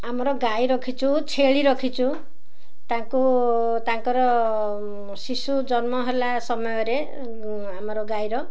ଆମର ଗାଈ ରଖିଛୁ ଛେଳି ରଖିଛୁ ତାଙ୍କୁ ତାଙ୍କର ଶିଶୁ ଜନ୍ମ ହେଲା ସମୟରେ ଆମର ଗାଈର